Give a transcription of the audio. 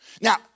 Now